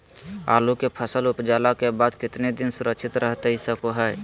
आलू के फसल उपजला के बाद कितना दिन सुरक्षित रहतई सको हय?